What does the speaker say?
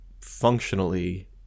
functionally